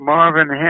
Marvin